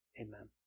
Amen